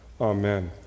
Amen